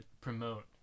promote